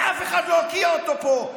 ואף אחד לא הוקיע אותו פה?